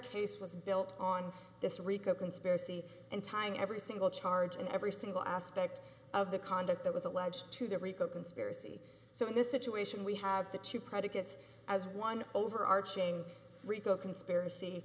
case was built on this rico conspiracy and tying every single charge in every single aspect of the conduct that was alleged to the rico conspiracy so in this situation we have to to predicate as one overarching rico conspiracy